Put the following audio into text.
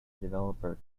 developer